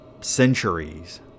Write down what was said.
centuries